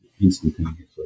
instantaneously